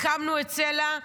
הקמנו את סל"ע,